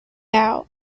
out